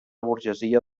burgesia